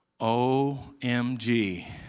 OMG